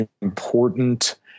important